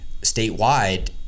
statewide